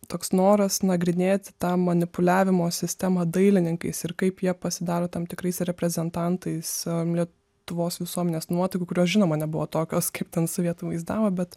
toks noras nagrinėti tą manipuliavimo sistemą dailininkais ir kaip jie pasidaro tam tikrais reprezentantais lietuvos visuomenės nuotaikų kurios žinoma nebuvo tokios kaip ten sovietų vaizdavo bet